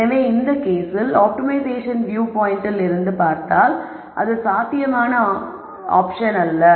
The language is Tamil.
எனவே இந்த கேஸில் ஆப்டிமைசேஷன் வீயூ பாயிண்டில் இருந்து பார்த்தால்அது சாத்தியமான ஆப்ஷன் அல்ல